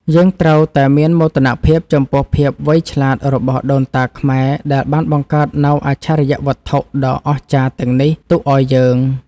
យើងត្រូវតែមានមោទនភាពចំពោះភាពវៃឆ្លាតរបស់ដូនតាខ្មែរដែលបានបង្កើតនូវអច្ឆរិយវត្ថុដ៏អស្ចារ្យទាំងនេះទុកឱ្យយើង។